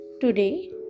Today